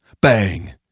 Bang